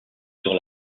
sur